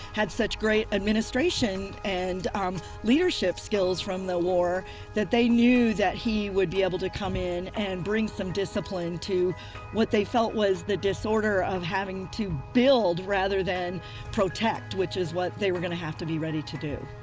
had such great administration and leadership skills from the war that they knew that he would be able to come in and bring some discipline to what they felt was the disorder of having to build rather than protect, which is what they were gonna have to be ready to do.